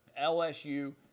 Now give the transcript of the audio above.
LSU